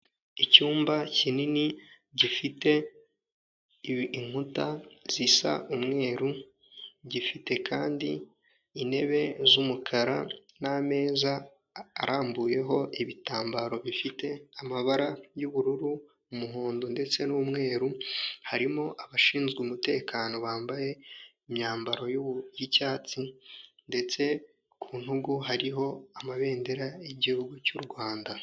Icyumba kinini gifite inkuta zisa umweru, gifite kandi intebe z'umukara n'ameza arambuyeho ibitambaro bifite amabara y'ubururu, umuhondo ndetse n'umweru, harimo abashinzwe umutekano bambaye imyambaro y'icyatsi ndetse ku ntugu hariho amabendera y'igihugu cy'u Rwanda.